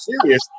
serious